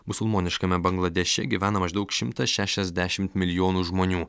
musulmoniškame bangladeše gyvena maždaug šimtas šešiasdešimt milijonų žmonių